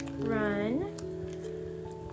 Run